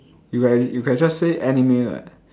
if like you can just say anime what